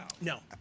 No